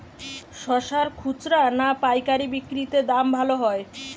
শশার খুচরা না পায়কারী বিক্রি তে দাম ভালো হয়?